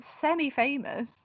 semi-famous